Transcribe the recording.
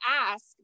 ask